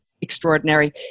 extraordinary